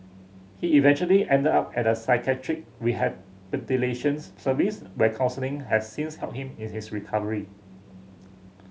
he eventually ended up at a psychiatric rehabilitations service where counselling has since helped him in his recovery